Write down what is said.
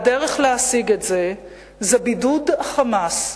והדרך להשיג את זה היא בידוד ה"חמאס",